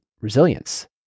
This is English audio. resilience